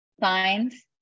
signs